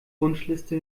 wunschliste